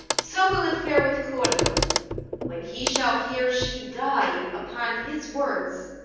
so will it fare with claudio when he shall hear she died upon his words,